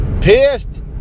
Pissed